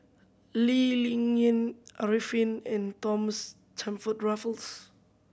Lee Ling Yen Arifin and Thomas Stamford Raffles